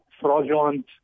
fraudulent